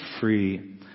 free